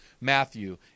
Matthew